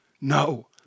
No